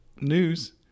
news